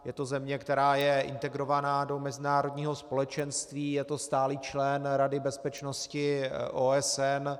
Je to země, která je integrovaná do mezinárodního společenství jako stálý člen Rady bezpečnosti OSN.